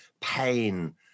pain